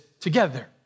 together